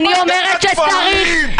צבועים,